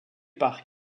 par